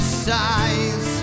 size